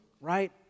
right